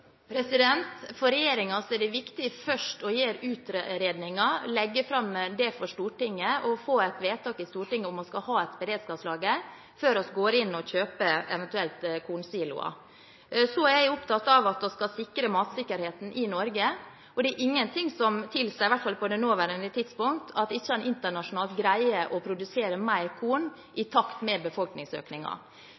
For regjeringen er det viktig først å gjøre utredningen, legge den fram for Stortinget og få et vedtak i Stortinget om hvorvidt man skal ha et beredskapslager, før vi går inn og eventuelt kjøper kornsiloer. Jeg er opptatt av at vi skal sikre matsikkerheten i Norge. Det er ingenting som tilsier, i hvert fall på det nåværende tidspunkt, at ikke en internasjonalt greier å produsere mer korn i